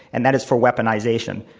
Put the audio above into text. and that is for weaponization.